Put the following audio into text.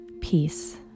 peace